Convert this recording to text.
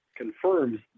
confirms